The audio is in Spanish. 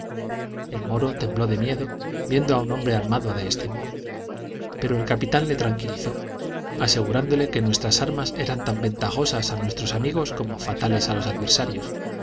el moro tembló de miedo viendo a un hombre armado de este modo pero el capitán le tranquilizó asegurándole que nuestras armas eran tan ventajosas a nuestros amigos como fatales a los adversarios